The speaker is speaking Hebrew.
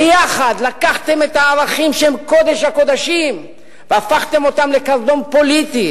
ביחד לקחתם את הערכים שהם קודש הקודשים והפכתם אותם לקרדום פוליטי